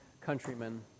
countrymen